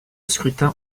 scrutin